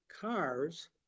cars